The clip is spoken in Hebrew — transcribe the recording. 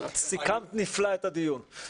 סיכמת נפלא את הדיון.